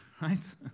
right